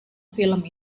film